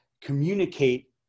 communicate